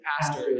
pastor